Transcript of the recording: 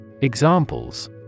Examples